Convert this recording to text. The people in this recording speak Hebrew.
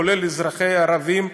כולל אזרחיה הערבים,